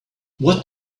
what